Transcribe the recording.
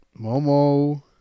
Momo